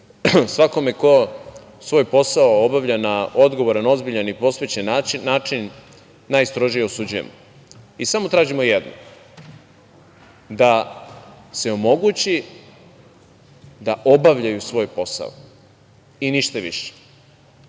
svakome ko svoj posao obavlja na odgovoran, ozbiljan i posvećen način najstrožije osuđujemo i samo tražimo jedno –da se omogući da obavljaju svoj posao i ništa više,